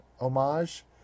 homage